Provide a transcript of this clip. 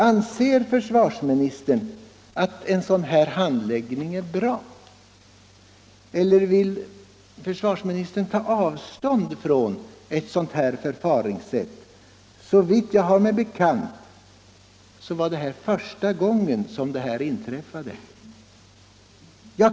Anser försvarsministern att en sådan här handläggning är bra, eller vill försvarsministern ta avstånd från ett sådant förfaringssätt? Såvitt jag har mig bekant var det första gången något sådant inträffade.